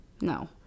No